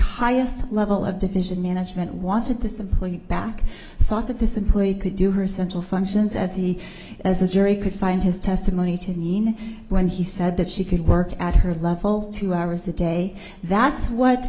highest level of division management wanted to simply back thought that this employee could do her central functions as the as a jury could find his testimony to mean when he said that she could work at her level two hours a day that's what